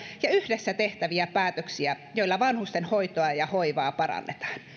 ja yhdessä tehtäviä päätöksiä joilla vanhusten hoitoa ja hoivaa parannetaan